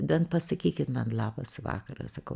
bent pasakykit man labas vakaras sakau